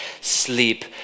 sleep